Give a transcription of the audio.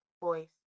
voice